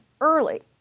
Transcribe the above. early